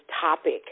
topic